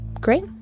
Great